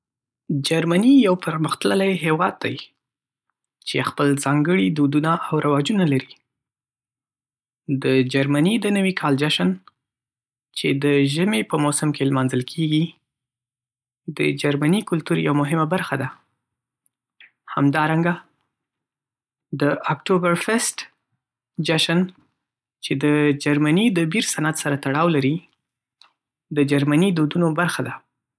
جرمني یو پرمختللی هیواد دی چې خپل ځانګړي دودونه او رواجونه لري. د جرمني د نوي کال جشن، چې د ژمي په موسم کې لمانځل کېږي، د جرمني کلتور یوه مهمه برخه ده. همدارنګه، د اکتوبر فسټ جشن، چې د جرمني د بېیر صنعت سره تړاو لري، د جرمني دودونو برخه ده.